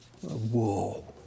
Whoa